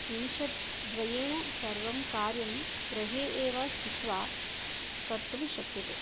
निमिषद्वयेन सर्वं कार्यं गृहे एव स्थित्वा कर्तुं शक्यते